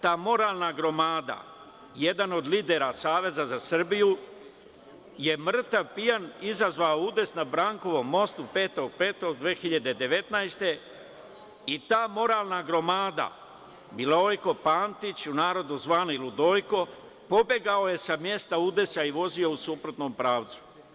Ta moralna gromada, jedan od lidera SZS je mrtav pijan izazvao udes na Brankovom mostu 5. maja 2019. godine, i ta moralna gromada Milojko Pantić, u narodu zvani ludojko, pobegao je sa mesta udesa u vozio u suprotnom pravcu.